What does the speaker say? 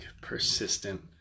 persistent